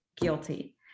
guilty